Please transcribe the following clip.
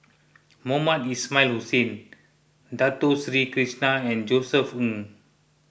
Mohamed Ismail Hussain Dato Sri Krishna and Josef Ng